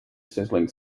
sizzling